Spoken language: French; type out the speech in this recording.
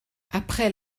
après